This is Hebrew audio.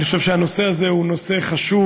אני חושב שהנושא הזה הוא נושא חשוב.